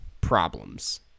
problems